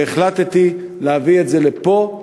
והחלטתי להביא את זה לפה,